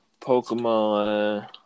Pokemon